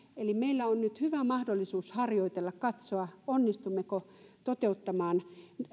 eli meillä on nyt hyvä mahdollisuus harjoitella katsoa onnistummeko toteuttamaan